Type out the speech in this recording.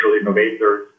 innovators